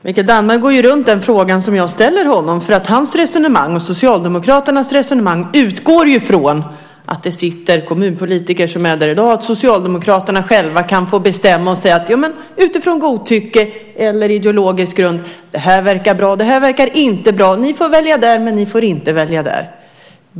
Fru talman! Mikael Damberg går runt den fråga jag ställer till honom. Hans och Socialdemokraternas resonemang utgår ju från att kommunpolitikerna i dag sitter kvar så att Socialdemokraterna själva kan få bestämma och säga, utifrån godtycke eller ideologisk grund: Det ena verkar bra, men det andra verkar inte bra. Ni som bor på ett ställe får välja, men ni som bor på ett annat ställe får inte välja.